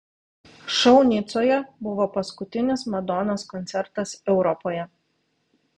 šou nicoje buvo paskutinis madonos koncertas europoje